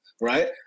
right